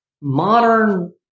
modern